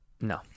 No